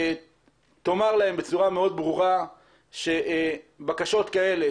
תאמר להם בצורה מאוד ברורה שבקשות כאלה